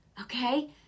okay